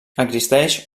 existeix